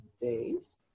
Days